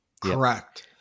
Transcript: Correct